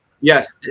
Yes